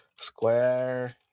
Square